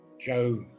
Joe